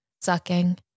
sucking